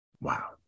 Wow